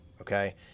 okay